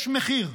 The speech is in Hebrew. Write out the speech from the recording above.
יש מחיר.